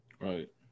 Right